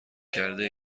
کرده